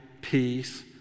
peace